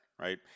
right